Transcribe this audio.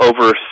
over